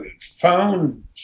found